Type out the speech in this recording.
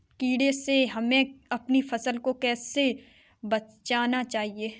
कीड़े से हमें अपनी फसल को कैसे बचाना चाहिए?